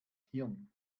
hirn